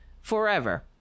forever